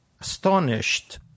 astonished